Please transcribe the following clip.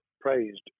praised